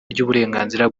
ry’uburenganzira